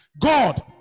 God